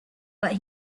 but